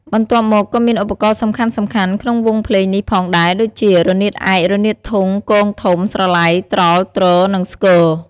បន្ទាប់មក ក៏មានឧបករណ៍សំខាន់ៗក្នុងវង់ភ្លេងនេះផងដែរដូចជា រនាតឯក រនាតធុង គងធំ ស្រឡៃ ត្រល់ ទ្រ និងស្គរ។